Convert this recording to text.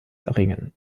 erringen